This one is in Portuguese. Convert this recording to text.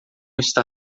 está